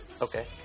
Okay